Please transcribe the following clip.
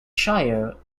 shire